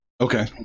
Okay